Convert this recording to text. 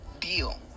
deal